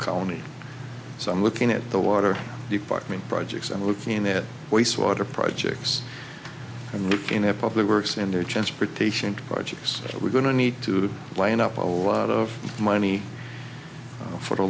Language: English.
county so i'm looking at the water department projects and looking at waste water projects and looking at public works in their transportation projects that we're going to need to line up a lot of money for